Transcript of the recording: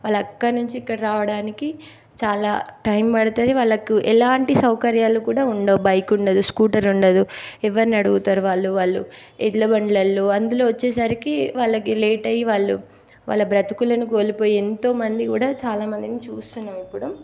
వాళ్ళు అక్కడి నుంచి ఇక్కడికి రావడానికి చాలా టైం పడుతుంది వాళ్ళకు ఎలాంటి సౌకర్యాలు కూడా ఉండవు బైక్ ఉండదు స్కూటర్ ఉండదు ఎవరిని అడుగుతారు వాళ్ళు వాళ్ళు ఎడ్లబండ్లలో అందులో వచ్చేసరికి వాళ్ళకి లేట్ అయ్యి వాళ్ళు వాళ్ళ బ్రతుకులను కోల్పోయి ఎంతో మంది కూడా చాలా మందిని చూస్తున్నాం ఇప్పుడు